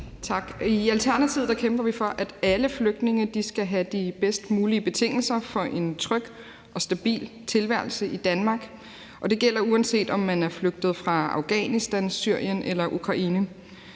I Alternativet kæmper vi for, at alle flygtninge skal have de bedst mulige betingelser for en tryg og stabil tilværelse i Danmark, og det gælder, uanset om man er flygtet fra Afghanistan, Syrien eller Ukraine.